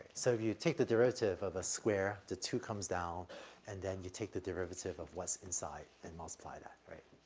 so if you you take the derivative of a square, the two comes down and then you take the derivative of what's inside and multiply that, right?